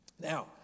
Now